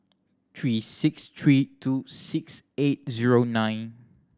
three six three two six eight zero nine